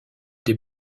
des